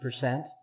percent